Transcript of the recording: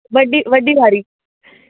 वॾी वॾी वारी